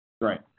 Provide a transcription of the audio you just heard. Right